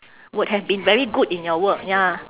would have been very good in your work ya